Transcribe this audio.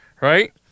right